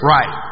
Right